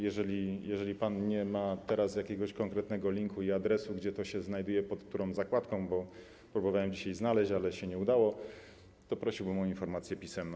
Jeżeli pan nie ma teraz jakiegoś konkretnego linku i adresu, gdzie to się znajduje, pod którą zakładką, bo próbowałem dzisiaj znaleźć, ale się nie udało, to prosiłbym o informację na piśmie.